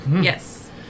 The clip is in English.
Yes